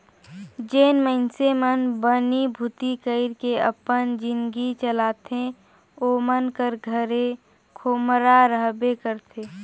जेन मइनसे मन बनी भूती कइर के अपन जिनगी चलाथे ओमन कर घरे खोम्हरा रहबे करथे